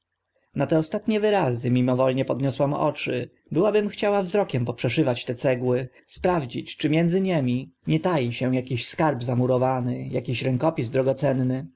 na te ostatnie wyrazy mimowolnie podniosłam oczy byłabym chciała wzrokiem poprzeszywać te cegły sprawdzić czy między nimi nie tai się aki skarb zamurowany aki rękopis drogocenny